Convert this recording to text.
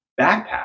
backpack